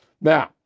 Now